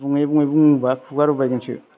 बुङै बुङै बुंबा खुगा रुबायगोनसो